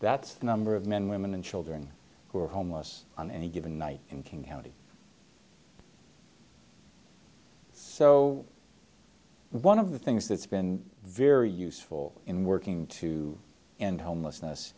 that number of men women and children who are homeless on any given night in king county so one of the things that's been very useful in working to end homelessness